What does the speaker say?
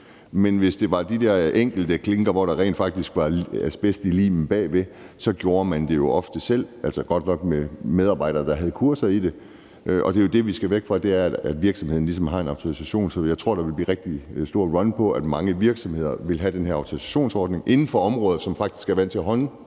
men hvis det handlede om de der enkelte klinker, hvor der rent faktisk var asbest i limen bagved, så gjorde man det jo ofte selv. Godt nok blev det gjort af medarbejdere, der havde kurser i det, men det er jo det, vi skal væk fra, altså at virksomheden ligesom selv autoriserer det. Jeg tror, der vil blive rigtig meget run på det, og at mange virksomheder vil have den her autorisationsordning inden for områder, hvor man faktisk er vant til at håndtere